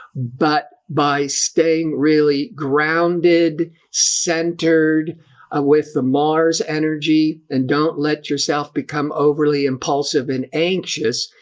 but by staying really grounded centered ah with the mars energy and don't let yourself become overly impulsive and anxious.